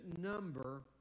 number